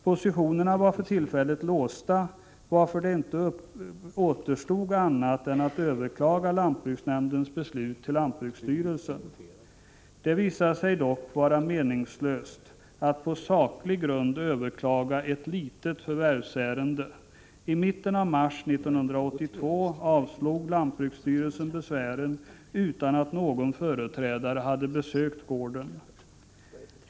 Positionerna var för tillfället låsta, varför det inte återstod annat än att överklaga lantbruksnämndens beslut till lantbruksstyrelsen. Det visade sig dock vara meningslöst att på saklig grund överklaga ett litet förvärvsärende. I mitten av mars 1982 avslog lantbruksstyrelsen besvären utan att någon företrädare besökt gården.